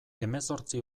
hemezortzi